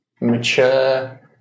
Mature